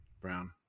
Brown